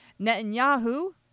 Netanyahu